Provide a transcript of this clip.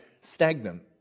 stagnant